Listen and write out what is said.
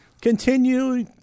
continue